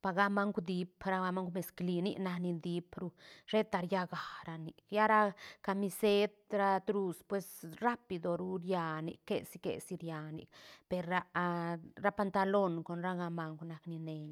paga gamauk diip ra gamauk mezcli nic nac ni diip ru sheta rlla ga ra nic lla ra camiset ra trus pues rapiduru rianic quesï-quesï ria nic per ra ra pantalon con ra gamauk nac ni neiñ